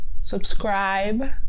subscribe